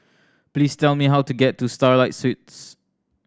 please tell me how to get to Starlight Suites